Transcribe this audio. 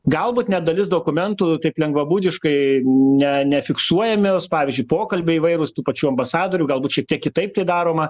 galbūt net dalis dokumentų taip lengvabūdiškai ne nefiksuojami pavyzdžiui pokalbiai įvairūs tų pačių ambasadorių galbūt šiek tiek kitaip tai daroma